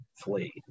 flee